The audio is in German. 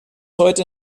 heute